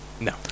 No